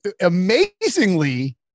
amazingly